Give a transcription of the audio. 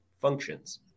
Functions